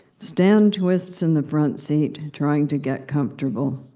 stan twists in the front seat, trying to get comfortable.